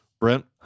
Brent